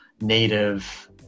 native